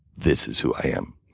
this is who i am.